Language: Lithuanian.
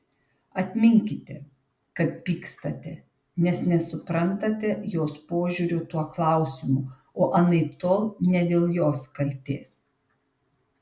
atminkite kad pykstate nes nesuprantate jos požiūrio tuo klausimu o anaiptol ne dėl jos kaltės